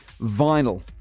Vinyl